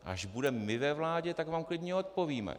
Až budeme my ve vládě, tak vám klidně odpovíme.